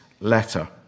letter